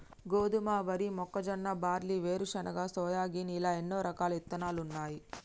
గోధుమ, వరి, మొక్కజొన్న, బార్లీ, వేరుశనగ, సోయాగిన్ ఇలా ఎన్నో రకాలు ఇత్తనాలున్నాయి